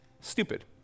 stupid